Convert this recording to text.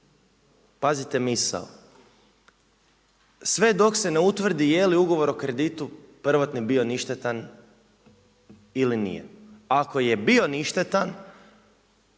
pazite misao, sve dok se ne utvrdi jeli ugovor o kreditu prvotni bio ništetan ili nije. Ako je bio ništetan